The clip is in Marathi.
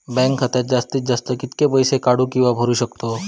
बँक खात्यात जास्तीत जास्त कितके पैसे काढू किव्हा भरू शकतो?